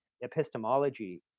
epistemology